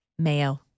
Mayo